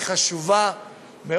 זה חשוב מאוד.